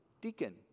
deacon